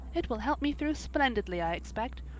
it will help me through splendidly, i expect.